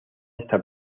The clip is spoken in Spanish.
esta